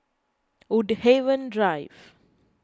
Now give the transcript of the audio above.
Woodhaven Drive